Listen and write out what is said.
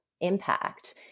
impact